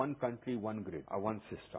one country one grid a one system